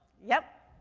yep.